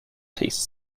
taste